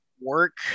work